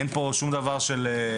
אין פה שום דבר של...